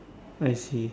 I see